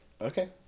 Okay